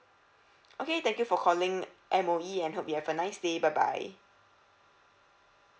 okay thank you for calling M_O_E and hope you have a nice day bye bye